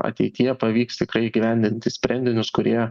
ateityje pavyks tikrai įgyvendinti sprendinius kurie